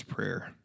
Prayer